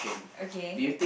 okay